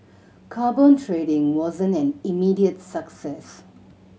carbon trading wasn't an immediate success